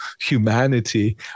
humanity